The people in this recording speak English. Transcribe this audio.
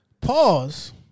Pause